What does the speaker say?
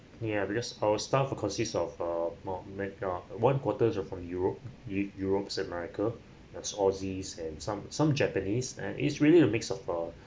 yeah because our staff are consists of uh more like uh one quarters are from europe eur~ europe america and aussies and some some japanese and it's really a mixed up for